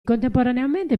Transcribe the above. contemporaneamente